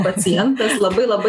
pacientas labai labai